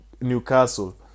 newcastle